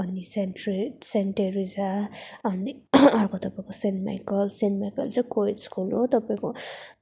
अनि सेनट्रि saint Teresa अनि अर्को त के पो सेन्ट माइकल सेन्ट माइकल चाहिँ को स्कुल हो तपाईँको